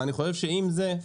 עם זאת,